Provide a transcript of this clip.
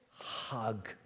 hug